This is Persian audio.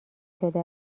شده